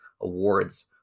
awards